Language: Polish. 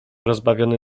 rozbawiony